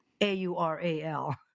A-U-R-A-L